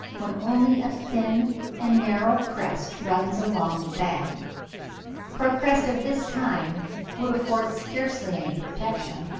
when only a thin and narrow crest runs along the back for a crest of this kind would afford scarcely any protection,